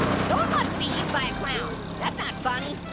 no one wants to be eaten by a clown. that's not funny.